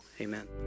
Amen